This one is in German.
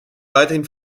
weiterhin